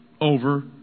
over